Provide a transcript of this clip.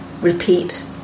repeat